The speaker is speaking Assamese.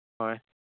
হয়